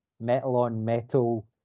metal-on-metal